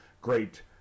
great